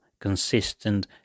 Consistent